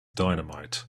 dynamite